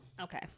Okay